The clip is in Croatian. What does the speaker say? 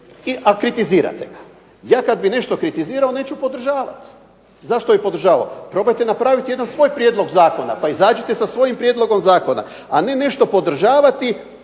a kritizirate ga. Ja kad bi nešto kritizirao neću podržavat, zašto bi podržavao. Probajte napravit jedan svoj prijedlog zakona pa izađite sa svojim prijedlogom zakona, a ne nešto podržavati